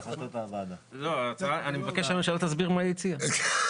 אני מבקש שהממשלה תסביר מה היא הציעה.